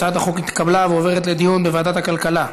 הצעת החוק התקבלה ועוברת לדיון בוועדת הכלכלה.